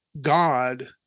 God